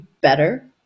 better